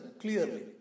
clearly